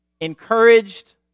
encouraged